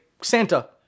Santa